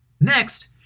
Next